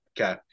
Okay